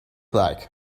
like